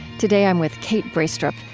today, i'm with kate braestrup,